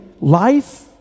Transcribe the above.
life